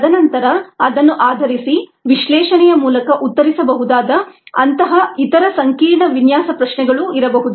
ತದನಂತರ ಅದನ್ನು ಆಧರಿಸಿ ವಿಶ್ಲೇಷಣೆಯ ಮೂಲಕ ಉತ್ತರಿಸಬಹುದಾದ ಅಂತಹ ಇತರ ಸಂಕೀರ್ಣ ವಿನ್ಯಾಸ ಪ್ರಶ್ನೆಗಳು ಇರಬಹುದು